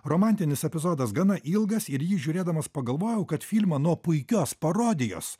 romantinis epizodas gana ilgas ir jį žiūrėdamas pagalvojau kad filmą nuo puikios parodijos